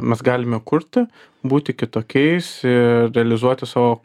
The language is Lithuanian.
mes galime kurti būti kitokiais ir realizuoti savo